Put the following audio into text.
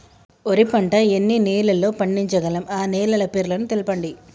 వరి పంట ఎన్ని నెలల్లో పండించగలం ఆ నెలల పేర్లను తెలుపండి?